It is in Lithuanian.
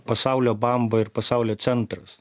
pasaulio bamba ir pasaulio centras